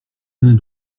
vingt